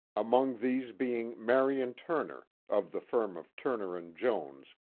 among these being marion turner, of the firm of turner and jones,